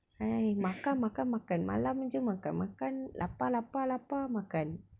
!hais! makan makan makan malam aje makan lapar lapar lapar makan